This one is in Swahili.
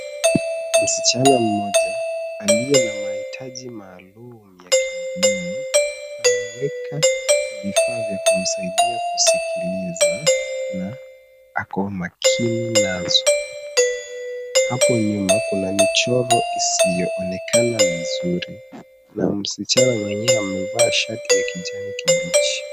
Msichana mmoja aliye na mahitaji maalum ya kielimu amewekwa vifaa vya kumsaidia kusikiliza na ako makini nazo. Hapo nyuma kuna michoro isiyoonekana vizuri na msichana mwenyewe amevaa shati ya kijani kibichi.